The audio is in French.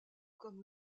comme